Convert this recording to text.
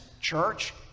church